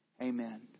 Amen